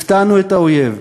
הפתענו את האויב,